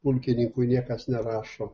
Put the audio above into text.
pulkininkui niekas nerašo